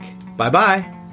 Bye-bye